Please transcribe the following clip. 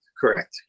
Correct